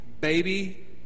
baby